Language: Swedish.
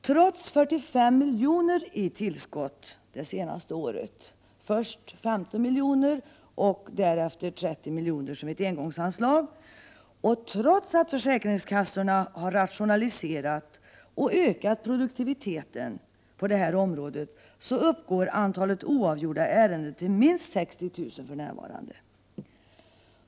Trots 45 milj.kr. i tillskott det senaste året — först 15 miljoner och därefter 30 miljoner som ett engångsanslag — och trots att försäkringskassorna har rationaliserat och ökat produktiviteten på det här området, uppgår antalet oavgjorda ärenden till minst 60 000 för närvarande.